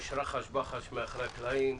יש רחש בחש מאחורי הקלעים,